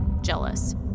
jealous